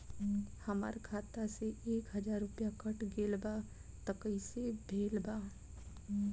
हमार खाता से एक हजार रुपया कट गेल बा त कइसे भेल बा?